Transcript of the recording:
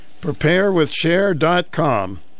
Preparewithshare.com